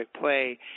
play